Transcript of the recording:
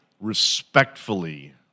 respectfully